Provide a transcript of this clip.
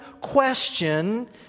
question